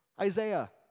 Isaiah